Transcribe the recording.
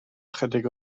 ychydig